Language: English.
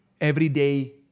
everyday